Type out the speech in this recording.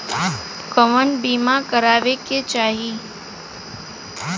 कउन बीमा करावें के चाही?